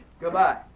Goodbye